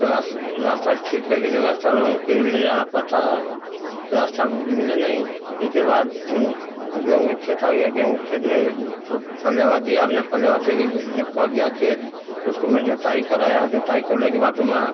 तो रास्ता फिर कई के तो रास्ता तो हमको ले जाना पड़ता है रास्ता तो मिले नही इसके बाद फिर गेहूँ के खेत आ गया गेहूँ के खेत में फलेवा दिया हमने फलेवा देकर जब पक गया खेत तो उसको मैं जोताई कराया जोताई करने के बाद वह